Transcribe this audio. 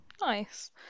nice